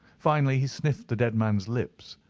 finally, he sniffed the dead man's lips,